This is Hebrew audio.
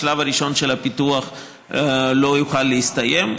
השלב הראשון של הפיתוח לא יוכל להסתיים.